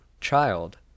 child